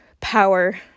power